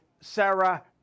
Sarah